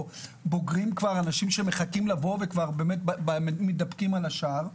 בוגרים שמחכים לבוא ומתדפקים על השער.